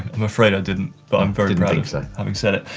i'm afraid i didn't. but i'm very proud of having said it.